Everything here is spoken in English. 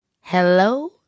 hello